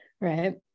Right